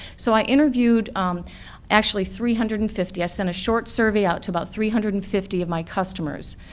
so i interviewed actually three hundred and fifty, i sent a short survey out to about three hundred and fifty of my customers.